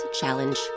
challenge